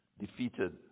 defeated